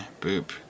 boop